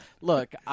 Look